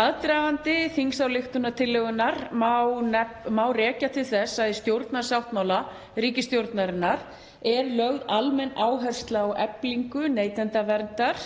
Aðdragandi þingsályktunartillögunnar má rekja til þess að í stjórnarsáttmála ríkisstjórnarinnar er lögð almenn áhersla á eflingu neytendaverndar